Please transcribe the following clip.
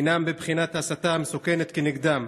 הינם בבחינת הסתה מסוכנת כנגדם.